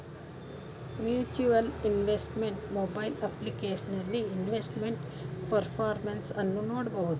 mutual investment mobile ಅಪ್ಲಿಕೇಶನಲ್ಲಿ investment performance ಅನ್ನು ನೋಡ್ಬೋದು